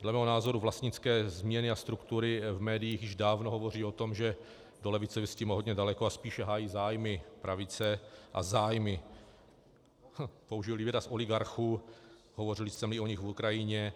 Dle mého názoru vlastnické změny a struktury v médiích již dávno hovoří o tom, že do levice je hodně daleko a spíše hájí zájmy pravice a zájmy, použijili výraz oligarchů, hovořil jsme o nich v Ukrajině.